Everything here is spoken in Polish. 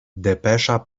depesza